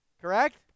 Correct